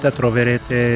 troverete